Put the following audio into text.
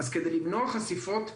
כדי למנוע חשיפות,